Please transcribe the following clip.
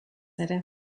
ere